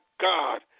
God